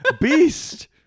Beast